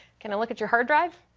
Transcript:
can i look at your hard drive?